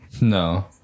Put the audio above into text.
No